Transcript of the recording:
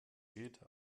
geht